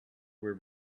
were